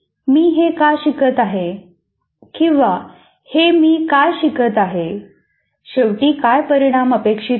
मी हे का शिकत आहे किंवा हे मी काय शिकत आहे शेवटी काय परिणाम अपेक्षित आहे